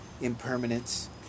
impermanence